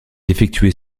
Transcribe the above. effectuait